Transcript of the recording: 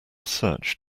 search